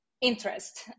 Interest